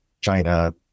China